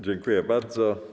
Dziękuję bardzo.